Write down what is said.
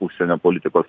užsienio politikos